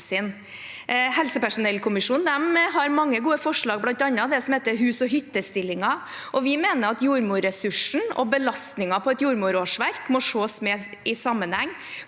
Helsepersonellkommisjonen har mange gode forslag, bl.a. det som kalles «hus-og-hytte»-stillinger. Vi mener at jordmorressursen og belastningen på et jordmorårsverk må ses mer i sammenheng.